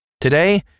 Today